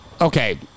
Okay